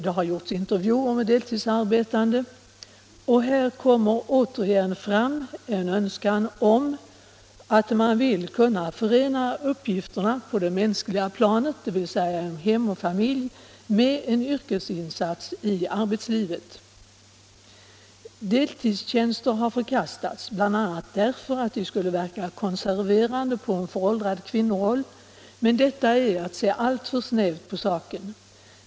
Det har gjorts intervjuer med deltidsarbetande, och här kommer återigen fram en önskan om att kunna förena uppgifterna på det mänskliga planet, dvs. hem och familj, med en yrkesinsats i arbetslivet. Deltidstjänster har förkastats bl.a. därför att de skulle verka konserverande på en föråldrad kvinnoroll, men detta är att se alltför snävt på saken.